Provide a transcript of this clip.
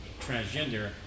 transgender